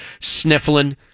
sniffling